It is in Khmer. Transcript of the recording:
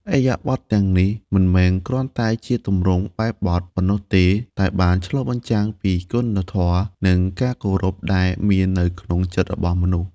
ឥរិយាបថទាំងនេះមិនមែនគ្រាន់តែជាទម្រង់បែបបទប៉ុណ្ណោះទេ តែបានឆ្លុះបញ្ចាំងពីគុណធម៌ និងការគោរពដែលមាននៅក្នុងចិត្តរបស់មនុស្ស។